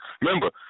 Remember